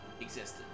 existed